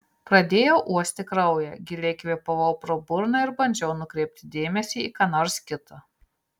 pradėjau uosti kraują giliai kvėpavau pro burną ir bandžiau nukreipti dėmesį į ką nors kita